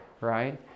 right